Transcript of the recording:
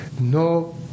no